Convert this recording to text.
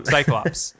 Cyclops